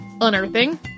unearthing